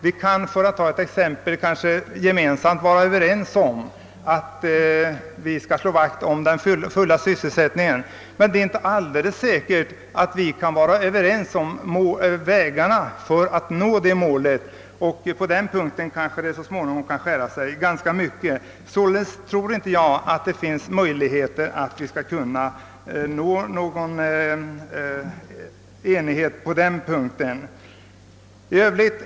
Vi kan, för att ta ett exempel, vara ense om att slå vakt om den fulla sysselsättningen. Men det är inte alldeles säkert att vi kan komma överens om vägarna som leder till det målet, och på den punkten kanske det så småningom skär sig ganska mycket. Således tror jag inte att det är möjligt att nå enighet härvidlag.